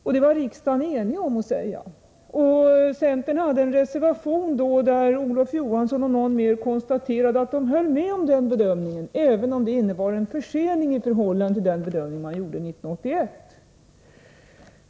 Detta var riksdagen enig om. Centern hade en reservation då, där Olof Johansson och någon mer konstaterade att de höll med om den bedömningen även om den innebar en försening i förhållande till den bedömning som gjordes 1981.